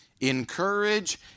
Encourage